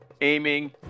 aiming